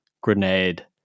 grenade